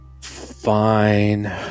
fine